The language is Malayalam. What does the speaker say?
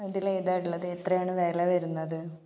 അതിലേതാണ് ഉള്ളത് എത്രയാണ് വില വരുന്നത്